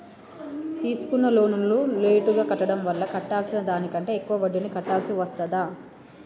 తీసుకున్న లోనును లేటుగా కట్టడం వల్ల కట్టాల్సిన దానికంటే ఎక్కువ వడ్డీని కట్టాల్సి వస్తదా?